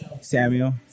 samuel